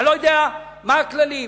אני לא יודע מה הכללים.